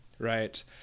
right